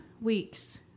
weeks